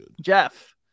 Jeff